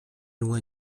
loin